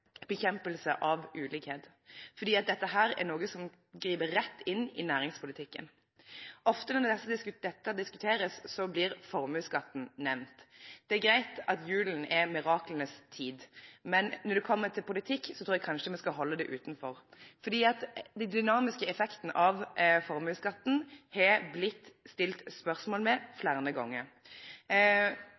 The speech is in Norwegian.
bekjempelse av ulikheter. Dette er noe som griper rett inn i næringspolitikken. Ofte når dette diskuteres, blir formuesskatten nevnt. Det er greit at julen er miraklenes tid, men når det kommer til politikk, tror jeg kanskje vi skal holde det utenfor. Den dynamiske effekten av formuesskatten har det blitt stilt spørsmål ved flere ganger.